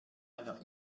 einer